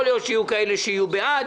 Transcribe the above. יכול להיות שיהיו כאלה שיהיו בעד,